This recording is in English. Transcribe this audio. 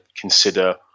consider